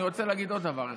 אני רוצה להגיד עוד דבר אחד.